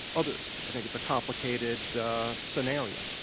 others. i think it's a complicated scenario.